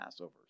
Passovers